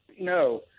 No